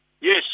Yes